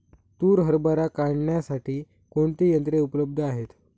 तूर हरभरा काढण्यासाठी कोणती यंत्रे उपलब्ध आहेत?